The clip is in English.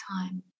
time